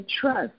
trust